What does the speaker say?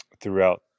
throughout